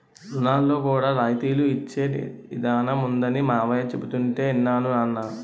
రుణాల్లో కూడా రాయితీలు ఇచ్చే ఇదానం ఉందనీ మావయ్య చెబుతుంటే యిన్నాను నాన్నా